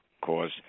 cause